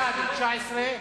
בעד, 19,